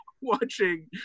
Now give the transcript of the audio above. watching